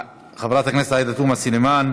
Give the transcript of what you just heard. חברת הכנסת עאידה תומא סלימאן,